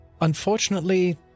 Unfortunately